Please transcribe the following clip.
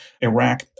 Iraq